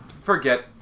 Forget